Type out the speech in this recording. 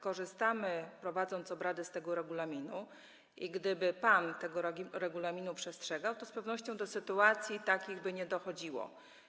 Korzystamy, prowadząc obrady, z tego regulaminu i gdyby pan tego regulaminu przestrzegał, to z pewnością do takich sytuacji by nie dochodziło.